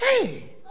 hey